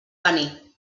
paner